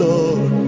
Lord